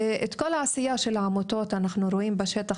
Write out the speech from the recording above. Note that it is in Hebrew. את העשייה של העמותות אנחנו רואים בשטח,